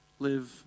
Live